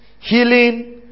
healing